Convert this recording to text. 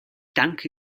danke